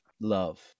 love